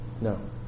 No